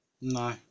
No